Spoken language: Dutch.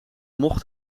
mocht